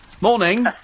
Morning